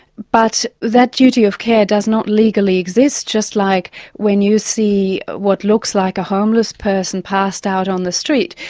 but that duty of care does not legally exist just like when you see what looks like a homeless person passed out on the street,